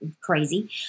crazy